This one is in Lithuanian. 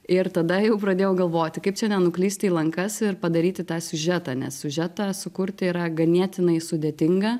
ir tada jau pradėjau galvoti kaip čia nenuklyst į lankas ir padaryti tą siužetą nes siužetą sukurti yra ganėtinai sudėtinga